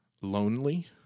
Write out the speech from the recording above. lonely